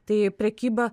tai prekyba